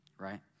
right